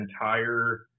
entire